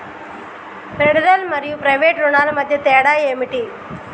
Federal మరియు private రుణాల మధ్య తేడా ఏమిటి?